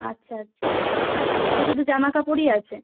আচ্ছা আচ্ছা তো শুধু জামাকাপড়ই আছে